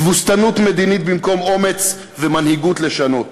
תבוסתנות מדינית במקום אומץ ומנהיגות לשנות,